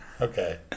Okay